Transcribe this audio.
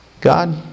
God